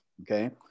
okay